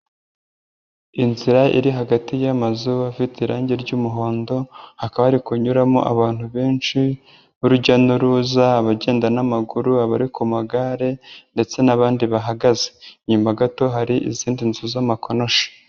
Inzira iri hagati y'amazu afite irangi ry'umuhondo hakaba hari kunyuramo abantu benshi b'urujya n'uruza abagenda n'amaguru, abari ku magare ndetse n'abandi bahagaze, inyuma gato hari izindi nzu z'amakonoshi.